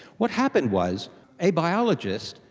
what happened was a biologist,